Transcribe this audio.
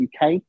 UK